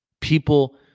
people